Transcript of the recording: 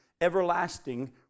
everlasting